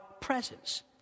presence